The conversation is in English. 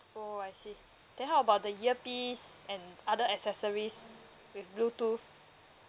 oh I see then how about the earpiece and other accessories with bluetooth